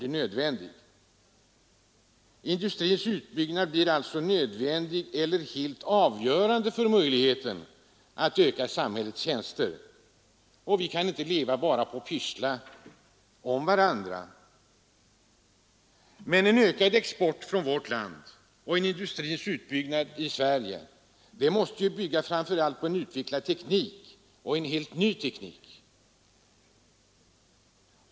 En utbyggnad av industrin blir alltså helt avgörande för möjligheten att öka samhällets tjänster. Vi kan inte leva bara på att pyssla om varandra. Men en ökad export från vårt land och en utbyggnad av industrin i Sverige måste framför allt bygga på en utvecklad teknik och en helt ny teknik.